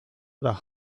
the